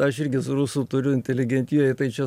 aš irgi su rusų turiu inteligentijoj tai čia